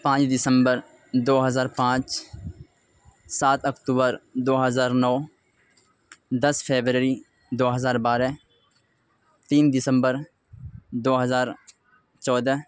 پانچ دسمبر دو ہزار پانچ سات اکتوبر دو ہزار نو دس فیبریری دو ہزار بارہ تین دسمبر دو ہزار چودہ